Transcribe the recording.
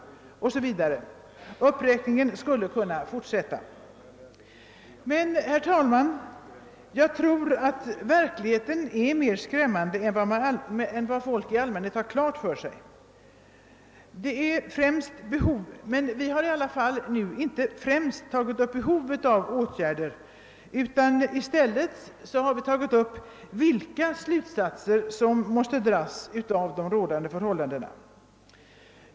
Ja, uppräkningen kunde fortsättas. Men, herr talman, även om jag tror att verkligheten är mera skrämmande än vad folk i allmänhet har klart för sig, så är det inte främst behovet av åtgärder som vi tagit upp, utan vi har inriktat oss på vilka slutsatser som måste dras av de rådande förhållandena.